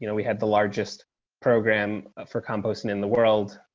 you know we had the largest program for composting in the world.